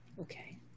Okay